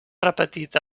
repetit